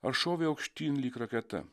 ar šovė aukštyn lyg raketa